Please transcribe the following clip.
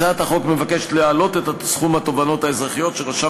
הצעת החוק מבקשת להעלות את סכום התובענות האזרחיות שרשם